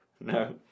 No